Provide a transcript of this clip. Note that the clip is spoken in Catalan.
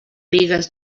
bigues